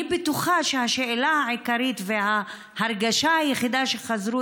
אני בטוחה שהשאלה העיקרית וההרגשה היחידה שחזרו